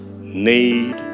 need